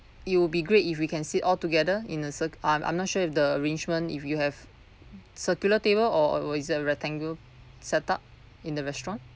it would be great if we can sit altogether in a cir~ uh I'm not sure if the arrangement if you have circular table or or is it a rectangle set-up in the restaurant